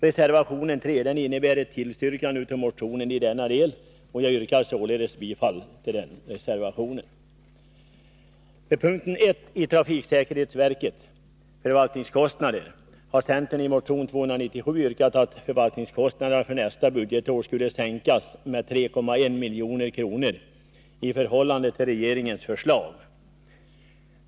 Reservation 3 innebär ett tillstyrkande av motionen i denna del, varför jag yrkar bifall till denna reservation. Beträffande punkt 1, Trafiksäkerhetsverket: Förvaltningskostnader, har centern i motion 1982/83:297 yrkat att förvaltningskostnaderna för nästa budgetår sänks med 3,1 milj.kr. i förhållande till regeringens förslag.